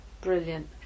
Brilliant